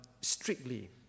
strictly